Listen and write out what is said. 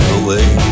away